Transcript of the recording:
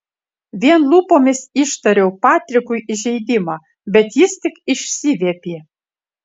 vien lūpomis ištariau patrikui įžeidimą bet jis tik išsiviepė